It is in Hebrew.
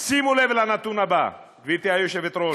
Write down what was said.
שימו לב לנתון הבא, גברתי היושבת-ראש: